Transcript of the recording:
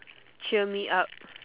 cheer me up